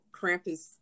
Krampus